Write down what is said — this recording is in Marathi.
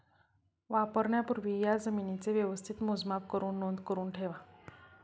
वापरण्यापूर्वी या जमीनेचे व्यवस्थित मोजमाप करुन नोंद करुन ठेवा